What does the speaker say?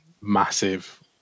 massive